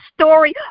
story